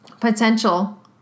potential